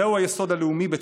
זהו היסוד הלאומי בתפיסתי.